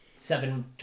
Seven